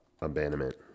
abandonment